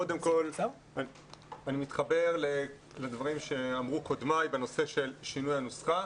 קודם כל אני מתחבר לדברים שאמרו קודמיי בנושא של שינוי הנוסחה.